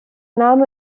name